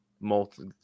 multiple